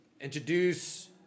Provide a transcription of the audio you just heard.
introduce